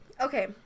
Okay